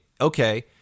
okay